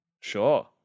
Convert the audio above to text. sure